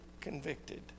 convicted